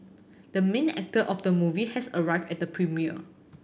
the main actor of the movie has arrived at the premiere